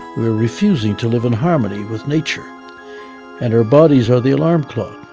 we are refusing to live in harmony with nature and our bodies are the alarm clock.